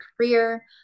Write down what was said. career